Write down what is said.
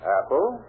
Apple